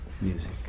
music